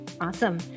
Awesome